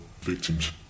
victims